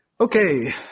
Okay